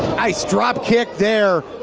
nice dropkick there!